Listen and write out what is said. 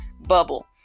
bubble